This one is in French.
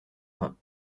rhin